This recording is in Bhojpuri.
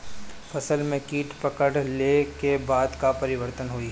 फसल में कीट पकड़ ले के बाद का परिवर्तन होई?